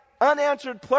unanswered